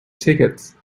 tickets